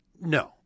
No